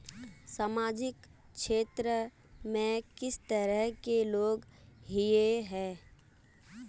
सामाजिक क्षेत्र में किस तरह के लोग हिये है?